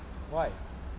why